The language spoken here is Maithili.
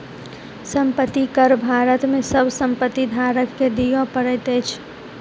संपत्ति कर भारत में सभ संपत्ति धारक के दिअ पड़ैत अछि